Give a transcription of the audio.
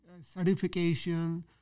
certification